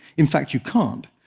in fact, you can't,